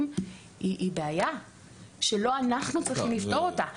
היא בעיה שלא אנחנו צריכים לפתור אותה.